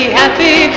happy